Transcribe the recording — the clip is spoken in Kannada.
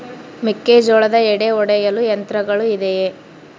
ಮೆಕ್ಕೆಜೋಳದ ಎಡೆ ಒಡೆಯಲು ಯಂತ್ರಗಳು ಇದೆಯೆ?